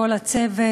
כל הצוות,